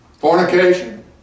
fornication